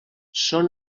són